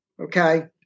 okay